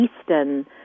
Eastern